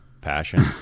passion